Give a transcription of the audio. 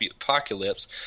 apocalypse